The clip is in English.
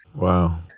Wow